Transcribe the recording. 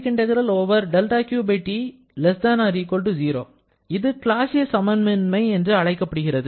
இது கிளாசியஸ் சமமின்மை என்று அழைக்கப்படுகிறது